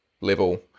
level